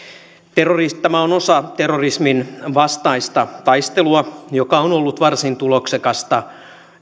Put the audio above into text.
tämä on osa terrorismin vastaista taistelua joka on on ollut varsin tuloksekasta